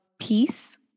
peace